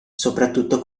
soprattutto